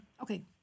Okay